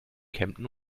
kempten